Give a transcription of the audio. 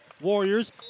Warriors